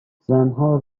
زنها